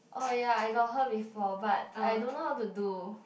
oh ya I got heard before but I don't know how to do